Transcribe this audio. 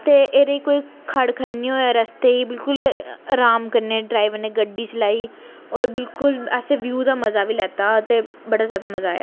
ते एह्दे कोई खड़ खड़ नेईं होएआ रस्ते च बिलकुल अराम कन्नै ड्राइवर ने गड्डी चलाई होर बिलकुल असें व्यू दा मज़ा बी लैता ते बड़ा ज्यादा मज़ा आया